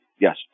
Yes